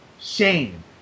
shame